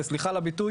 וסליחה על הביטוי,